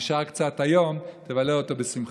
נשאר קצת היום, תבלה אותו בשמחה.